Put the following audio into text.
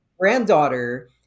Granddaughter